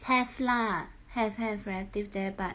have lah have have relative there but